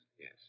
yes